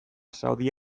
saudi